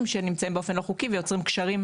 שלא נמצאים באופן לא חוקי ויוצרים קשרים,